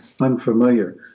unfamiliar